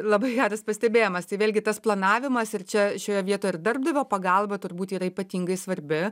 labai geras pastebėjimas tai vėlgi tas planavimas ir čia šioje vieto ir darbdavio pagalba turbūt yra ypatingai svarbi